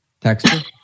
texture